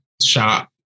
shop